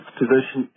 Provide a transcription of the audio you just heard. position